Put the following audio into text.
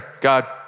God